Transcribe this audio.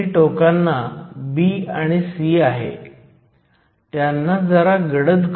तर या प्रश्नात डोपिंग कॉन्सन्ट्रेशन दिलेली नाही परंतु फर्मी लेव्हलची स्थिती आहे